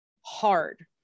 hard